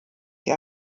sie